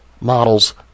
models